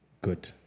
Good